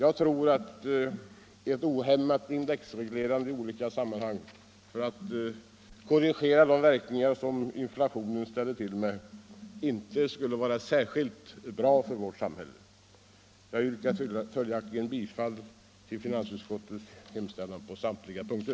Jag tror att ett ohämmat indexreglerande i olika sammanhang för att korrigera inflationens verkningar inte skulle vara särskilt bra för vårt samhälle. Herr talman! Jag yrkar bifall till finansutskottets hemställan på samtliga punkter.